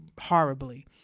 horribly